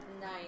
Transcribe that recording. nice